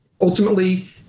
ultimately